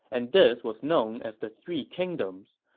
and this was known as the three kingdoms.